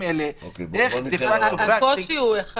האלה איך מבחינה פרקטית --- הקושי הוא אחד